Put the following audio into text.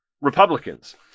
Republicans